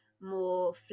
more